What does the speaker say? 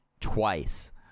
twice